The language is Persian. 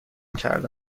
کرده